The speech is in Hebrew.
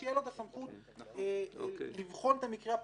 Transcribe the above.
שתהיה לו סמכות לבחון את המקרה הפרטני.